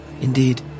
Indeed